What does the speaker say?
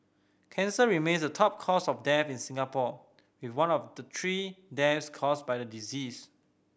cancer remains the top cause of death in Singapore with one of the three deaths caused by the disease